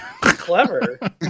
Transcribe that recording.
Clever